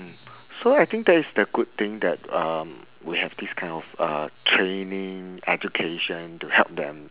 so I think that is the good thing that um we have this kind of uh training education to help them